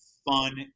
fun